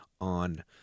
on